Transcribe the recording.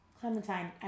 Clementine